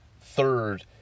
third